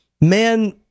man